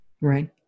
Right